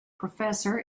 professor